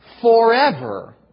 forever